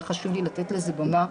היה חשוב לי לתת לזה במה.